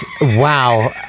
wow